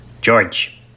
George